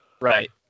right